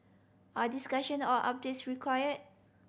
are discussion or updates required